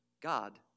God